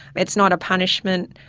it's not a punishment,